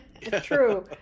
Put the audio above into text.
true